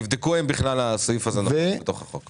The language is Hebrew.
תבדקו אם בכלל הסעיף הזה נחוץ בתוך החוק.